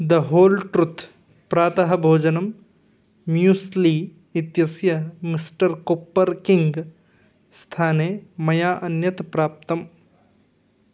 the whole truth प्रातः भोजनं muesli इत्यस्य मिस्टर् कुप्पर् किङ्ग् स्थाने मया अन्यत् प्राप्तम्